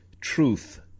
truth